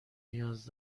نیاز